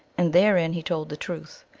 and therein he told the truth.